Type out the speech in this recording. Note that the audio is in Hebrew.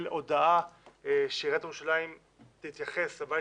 הודעה שעיריית ירושלים תתייחס לבית